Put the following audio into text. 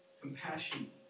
compassion